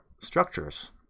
structures